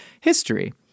history